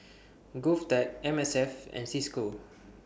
Govtech M S F and CISCO